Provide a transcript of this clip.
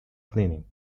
cleaning